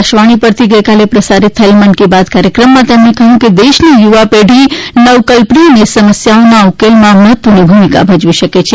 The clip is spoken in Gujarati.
આકાશવાણી પરથી ગઈકાલે પ્રસારિત થયેલા મન કી બાત કાર્યક્રમમાં તેમણે કહ્યું કે દેશની યુવા પેઢી નવકલ્પના અને સમસ્યાઓના ઉકેલમાં મહત્વની ભૂમિકા ભજવી શકે છે